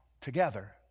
together